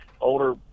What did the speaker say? older